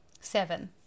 Seven